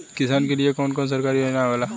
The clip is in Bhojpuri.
किसान के लिए कवन कवन सरकारी योजना आवेला?